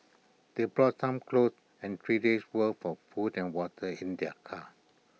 they brought some clothes and three days' worth of food and water in their car